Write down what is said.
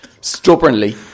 stubbornly